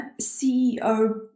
CEO